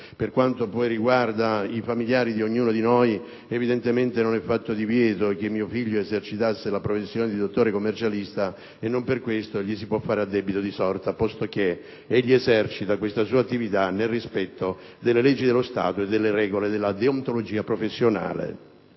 Per quanto poi riguarda i familiari di ognuno di noi, evidentemente non è fatto divieto che mio figlio eserciti la professione di dottore commercialista, e non per questo gli si possono fare addebiti di sorta, posto che egli esercita questa sua attività nel rispetto delle leggi dello Stato e delle regole della deontologia professionale.